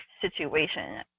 situation